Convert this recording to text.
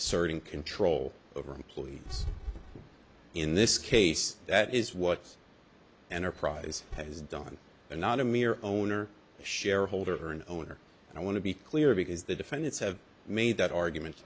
asserting control over employees in this case that is what enterprise has done and not a mere owner shareholder or an owner and i want to be clear because the defendants have made that argument